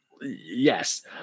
Yes